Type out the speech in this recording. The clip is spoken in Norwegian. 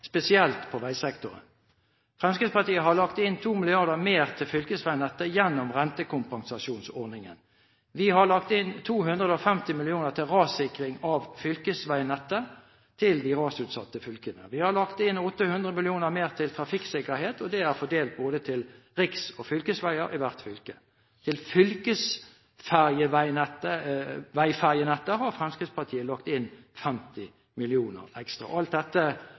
spesielt på veisektoren. Fremskrittspartiet har lagt inn 2 mrd. kr mer til fylkesveinettet gjennom rentekompensasjonsordningen. Vi har lagt inn 250 mill. kr til rassikring av fylkesveinettet, til de rasutsatte fylkene. Vi har lagt inn 800 mill. kr mer til trafikksikkerhet, og det er fordelt til både til riksveier og fylkesveier i hvert fylke. Til fylkesveiferjenettet har Fremskrittspartiet lagt inn 50 mill. kr ekstra. Alt dette